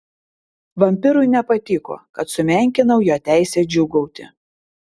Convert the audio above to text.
vampyrui nepatiko kad sumenkinau jo teisę džiūgauti